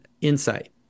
insight